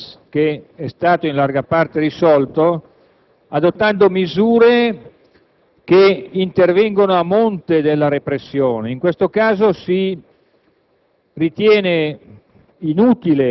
il problema dei cosiddetti *hooligans*, che è stato in larga parte risolto adottando misure che intervengono a monte della repressione. In questo caso si